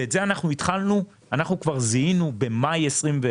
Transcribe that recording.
ואת זה אנחנו זיהינו כבר במאי 2021,